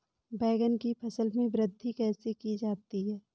बैंगन की फसल में वृद्धि कैसे की जाती है?